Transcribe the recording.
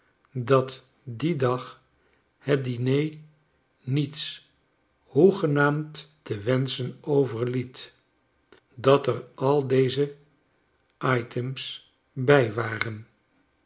dat dien dag het diner niets hoegenaamd te wenschen overliet dat er al deze items bij waren